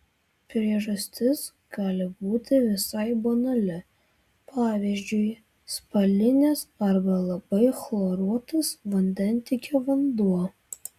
priežastis gali būti visai banali pavyzdžiui spalinės arba labai chloruotas vandentiekio vanduo